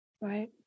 Right